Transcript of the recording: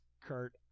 Kurt